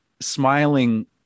smiling